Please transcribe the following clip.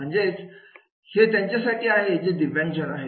म्हणजे हे त्यांच्यासाठी आहे जे दिव्यांगजन आहेत